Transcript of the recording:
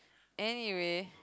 anyway